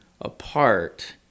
apart